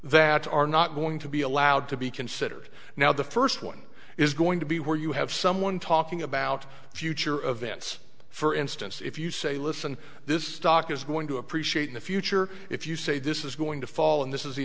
that are not going to be allowed to be considered now the first one is going to be where you have someone talking about the future of events for instance if you say listen this stock is going to appreciate in the future if you say this is going to fall and this is